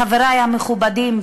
חברי המכובדים,